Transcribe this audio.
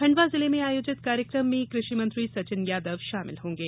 खण्डवा जिले में आयोजित कार्यक्रम में कृषि मंत्री सचिन यादव शामिल होंगे